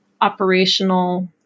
operational